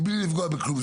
מבלי לפגוע בכלום.